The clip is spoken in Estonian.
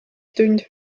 tund